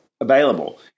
available